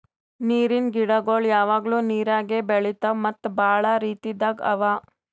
ನೀರಿನ್ ಗಿಡಗೊಳ್ ಯಾವಾಗ್ಲೂ ನೀರಾಗೆ ಬೆಳಿತಾವ್ ಮತ್ತ್ ಭಾಳ ರೀತಿದಾಗ್ ಅವಾ